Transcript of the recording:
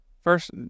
first